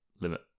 limit